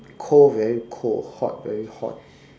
cold very cold hot very hot